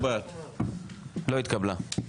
לא התקבלה.